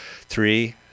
Three